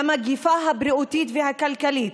על המגפה הבריאותית והכלכלית,